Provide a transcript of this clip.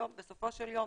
בסופו של יום,